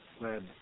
led